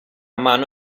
mano